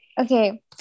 Okay